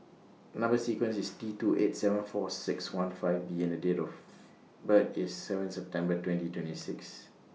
Number sequence IS T two eight seven four six one five B and The Date of birth IS seven September twenty twenty six